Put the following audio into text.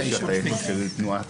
ביום רביעי תהיינה הצבעות?